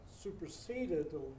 superseded